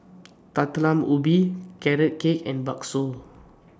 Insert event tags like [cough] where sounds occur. [unintelligible] Ubi Carrot Cake and Bakso